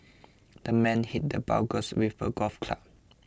the man hit the burglar with a golf club